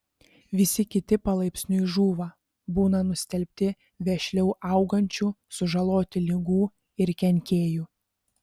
visi kiti palaipsniui žūva būna nustelbti vešliau augančių sužaloti ligų ir kenkėjų